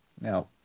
now